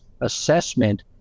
assessment